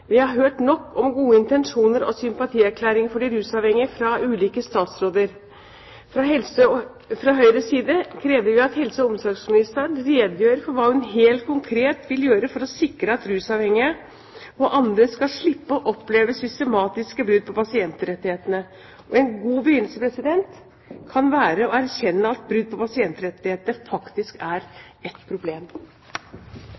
Vi har hørt nok om gode intensjoner og sympatierklæringer for de rusavhengige fra ulike statsråder. Fra Høyres side krever vi at helse- og omsorgsministeren redegjør for hva hun helt konkret vil gjøre for å sikre at rusavhengige og andre skal slippe å oppleve systematiske brudd på pasientrettighetene. En god begynnelse kan være å erkjenne at brudd på pasientrettighetene faktisk er